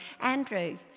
Andrew